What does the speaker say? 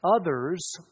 others